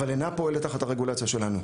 אך היא אינה פועלת תחת הרגולציה שלנו.